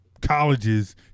colleges